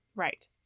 Right